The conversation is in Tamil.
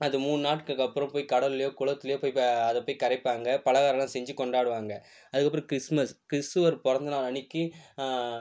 அது மூணு நாட்களுக்கு அப்புறம் போய் கடல்லேயோ குளத்துலேயோ போய் அதை போய் கரைப்பாங்க பலகாரம்லாம் செஞ்சு கொண்டாடுவாங்க அதுக்கப்புறம் கிறிஸ்மஸ் கிறிஸ்துர் பிறந்த நாள் அன்றைக்கு